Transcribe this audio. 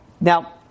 Now